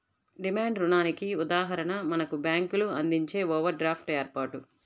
demand రుణానికి ఉదాహరణ మనకు బ్యేంకులు అందించే ఓవర్ డ్రాఫ్ట్ ఏర్పాటు